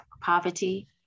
poverty